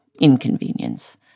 inconvenience